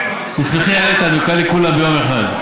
תסמכי על איתן, הוא יקרא לכולם ביום אחד.